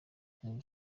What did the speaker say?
king